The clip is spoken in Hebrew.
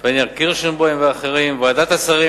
פניה קירשנבאום ואחרים: ועדת השרים